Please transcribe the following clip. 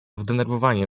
zdenerwowanie